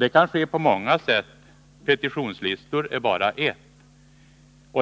Det kan ske på många sätt — petitionslistor är bara ett.